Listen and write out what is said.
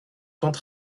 temps